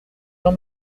jean